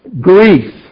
grief